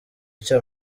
icyo